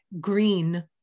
green